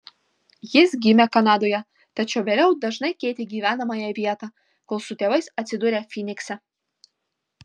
jis gimė kanadoje tačiau vėliau dažnai keitė gyvenamąją vietą kol su tėvais atsidūrė fynikse